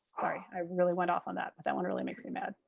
i really went off on that. but that one really makes me mad.